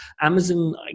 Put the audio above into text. Amazon